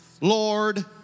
Lord